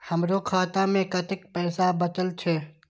हमरो खाता में कतेक पैसा बचल छे?